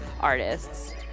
artists